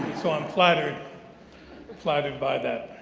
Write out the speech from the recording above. so i'm flattered but flattered by that.